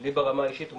לי ברמה האישית הוא